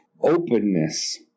openness